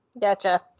Gotcha